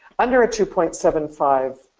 under two point seven five,